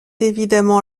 évidemment